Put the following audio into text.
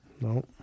No